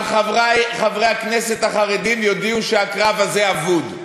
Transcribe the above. אבל חברי חברי הכנסת החרדים יודעים שהקרב הזה אבוד,